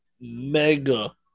mega